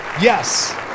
yes